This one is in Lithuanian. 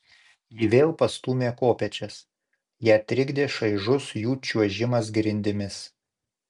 ji vėl pastūmė kopėčias ją trikdė šaižus jų čiuožimas grindimis